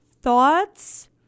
Thoughts